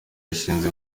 yishimiye